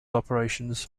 operations